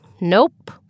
nope